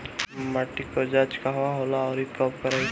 माटी क जांच कहाँ होला अउर कब कराई?